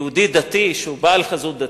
יהודי דתי שהוא בעל חזות דתית,